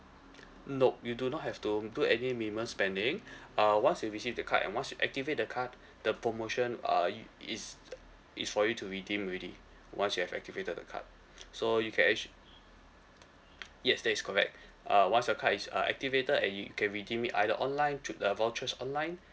nope you do not have to do any minimum spending uh once you receive the card and once you activate the card the promotion uh you is is for you to redeem already once you have activated the card so you can actually yes that is correct uh once your card is uh activated and you can redeem it either online choose the vouchers online